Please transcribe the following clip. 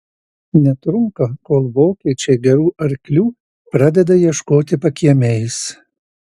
netrunka kol vokiečiai gerų arklių pradeda ieškoti pakiemiais